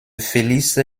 félix